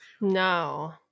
no